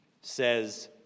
says